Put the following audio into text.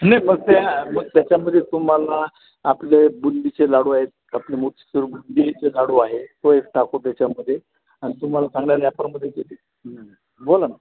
नाही मग त्या मग त्याच्यामध्ये तुम्हाला आपले बुंदीचे लाडू आहेत आपले मोतीचूर बुंदीचे लाडू आहे तो एक टाकू त्याच्यामध्ये आणि तुम्हाला चांगल्या रॅपरमध्ये ते बोला ना